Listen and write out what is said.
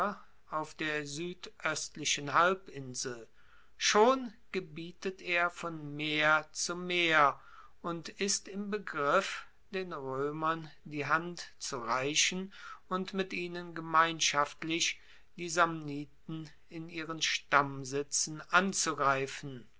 auf der suedoestlichen halbinsel schon gebietet er von meer zu meer und ist im begriff den roemern die hand zu reichen und mit ihnen gemeinschaftlich die samniten in ihren stammsitzen anzugreifen